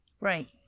Right